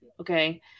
okay